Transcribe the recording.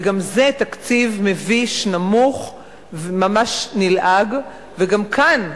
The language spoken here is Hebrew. וגם זה תקציב מביש, נמוך, ממש נלעג, וגם כאן,